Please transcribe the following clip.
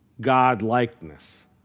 God-likeness